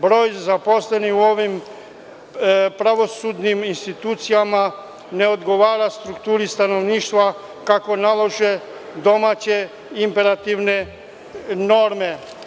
Broj zaposlenih u ovim pravosudnim institucijama ne odgovara strukturi stanovništva, kako nalažu domaće imperativne norme.